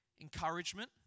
encouragement